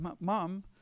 Mom